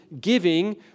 giving